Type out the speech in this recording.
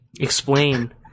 explain